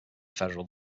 federal